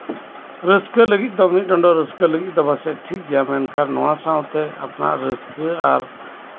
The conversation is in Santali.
ᱨᱟᱹᱥᱟᱹ ᱞᱟᱹᱜᱤᱫ ᱫᱚ ᱢᱤᱫ ᱰᱚᱸᱰᱮᱠ ᱨᱟᱹᱥᱠᱟᱹ ᱞᱟᱹᱜᱤᱫ ᱫᱚ ᱴᱷᱤᱠ ᱜᱮᱭᱟ ᱢᱮᱱᱠᱷᱟᱱ ᱱᱚᱣᱟ ᱥᱟᱶᱛᱮ ᱟᱯᱱᱟᱨᱟᱜ ᱨᱟᱹᱥᱠᱟᱹ ᱟᱨ